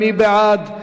מי בעד?